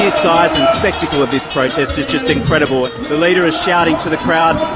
spectacle of this protest is just incredible. the leader is shouting to the crowd,